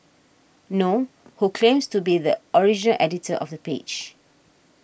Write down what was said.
nor who claims to be the origin editor of the page